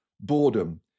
Boredom